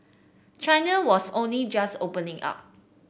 China was only just opening up